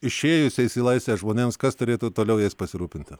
išėjusiais į laisvę žmonėmis kas turėtų toliau jais pasirūpinti